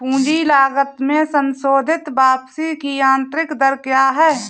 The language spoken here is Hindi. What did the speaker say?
पूंजी लागत में संशोधित वापसी की आंतरिक दर क्या है?